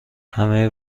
همه